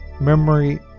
memory